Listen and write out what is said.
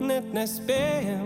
net nespėjam